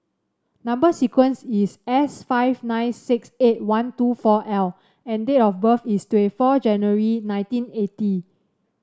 number sequence is S five nine six eight one two four L and date of birth is twenty four January nineteen eighty